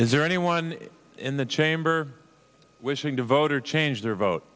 is there anyone in the chamber wishing to vote or change their vote